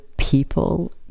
people